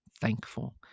thankful